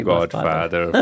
Godfather